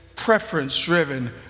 preference-driven